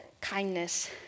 kindness